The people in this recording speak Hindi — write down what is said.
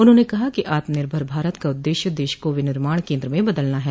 उन्होंने कहा कि आत्मनिर्भर भारत का उद्देश्य देश को विनिर्माण केन्द्र में बदलना है